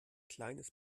kleines